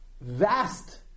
vast